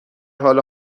حال